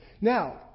Now